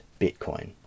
Bitcoin